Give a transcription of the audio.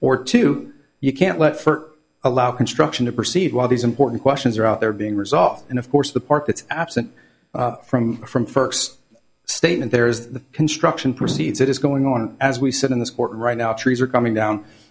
or to you can't let for allow construction to proceed while these important questions are out there being resolved and of course the part that's absent from from first statement there is the construction proceeds that is going on as we said in this court right now trees are coming down